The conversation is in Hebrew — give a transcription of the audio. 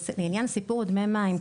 לעניין סיפור דמי מים,